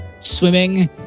swimming